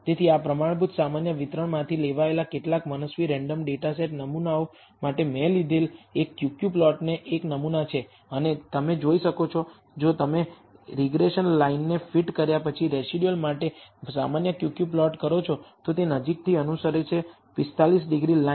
તેથી આ પ્રમાણભૂત સામાન્ય વિતરણમાંથી લેવાયેલા કેટલાક મનસ્વી રેન્ડમ ડેટા સેટ નમૂનાઓ માટે મેં લીધેલ એક Q Q પ્લોટનો એક નમૂના છે અને તમે જોઈ શકો છો કે જો તમે રીગ્રેશન લાઇનને ફીટ કર્યા પછી રેસિડયુઅલ માટે સામાન્ય Q Q પ્લોટ કરો છો તો તે નજીકથી અનુસરે છે 45 ડિગ્રી લાઇન